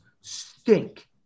stink